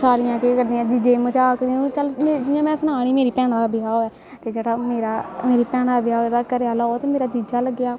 सालियां केह् करदियां जीजे गी मजाक करदियां कि चल जि'यां में सनांऽ नी मेरी भैना दा ब्याह् होएआ ते जेह्ड़ा मेरा मेरी भैना दा ब्याह् होएआ ओह्दा घरै आहला ओह् ते मेरा जीजा लग्गेआ